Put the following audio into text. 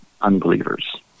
unbelievers